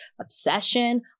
obsession